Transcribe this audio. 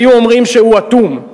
היו אומרים שהוא אטום.